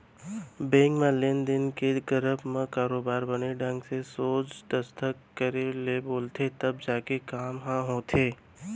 bank म लेन देन के करब म बरोबर बने ढंग के सोझ दस्खत करे ले बोलथे तब जाके काम ह होथे